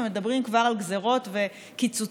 ומדברים כבר על גזרות וקיצוצים